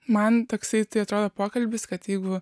man toksai tai atrodo pokalbis kad jeigu